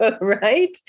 Right